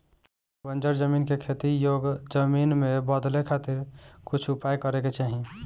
बंजर जमीन के खेती योग्य जमीन में बदले खातिर कुछ उपाय करे के चाही